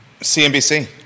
CNBC